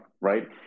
right